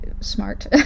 smart